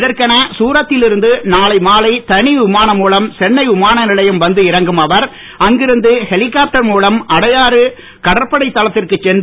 இதற்கென தூரத் தில் இருந்த நாளை மாலை தனி விமானம் மூலம் சென்னை விமானநிலையம் வந்து இறங்கும் அவர் அங்கிருந்து ஹெலிகாப்டர் மூலம் அடையாறு கடற்படை தளத்திற்கு சென்று